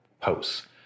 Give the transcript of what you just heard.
posts